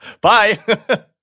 Bye